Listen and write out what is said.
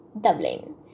Dublin